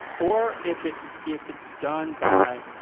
or if it's if it's done by,